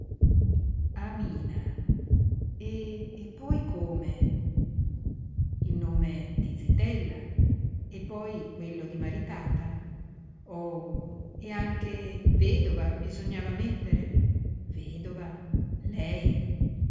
carta amina e poi come il nome di zitella e poi quello di maritata oh e anche vedova bisognava mettere vedova lei